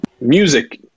music –